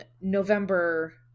November